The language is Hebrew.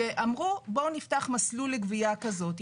שאמרו נפתח מסלול לגבייה כזאת,